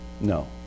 no